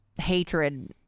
hatred